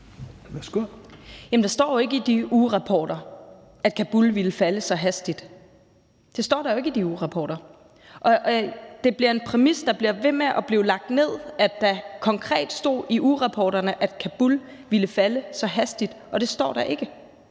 Der står jo ikke i de ugerapporter, at Kabul ville falde så hastigt. Det står der jo ikke i de ugerapporter, og det bliver en præmis, der bliver ved med at blive lagt ned, at der konkret stod i ugerapporterne, at Kabul ville falde så hastigt, og det står der ikke.